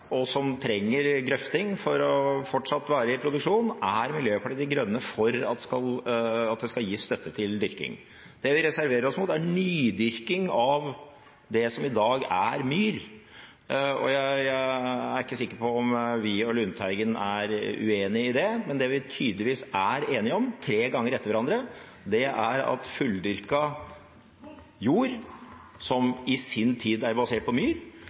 og som trenger grøfting for fortsatt å være i produksjon, er Miljøpartiet De Grønne for at det skal gis støtte til dyrking av. Det vi reserverer oss mot, er nydyrking av det som i dag er myr. Jeg er ikke sikker på om vi og representanten Lundteigen er uenige om det. Men det vi tydeligvis er enige om – tre ganger etter hverandre – er at fulldyrket jord som i sin tid er basert på myr,